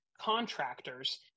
contractors